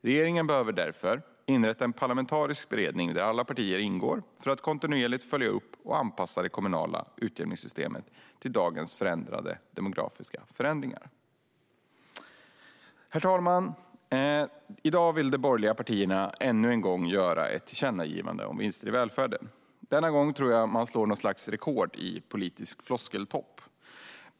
Regeringen behöver därför inrätta en parlamentarisk beredning där alla partier ingår för att kontinuerligt följa upp och anpassa det kommunala utjämningssystemet till dagens förändrade demografiska förhållanden. Herr talman! I dag vill de borgerliga partierna ännu en gång göra ett tillkännagivande om vinster i välfärden. Denna gång tror jag att man slår något slags rekord i politisk floskeltopp.